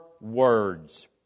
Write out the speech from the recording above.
words